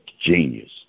genius